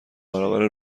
برابر